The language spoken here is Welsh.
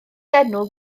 enw